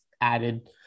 added